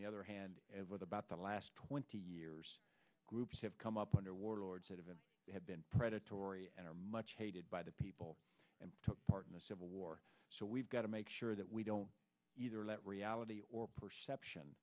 the other hand and what about the last twenty years groups have come up under warlords that have been have been predatory and are much hated by the people and took part in the civil war so we've got to make sure that we don't either let reality or perception